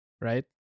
right